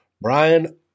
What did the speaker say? Brian